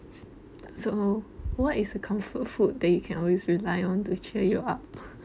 so what is a comfort food that you can always rely on to cheer you up